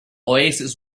oasis